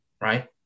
right